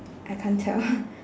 I can't tell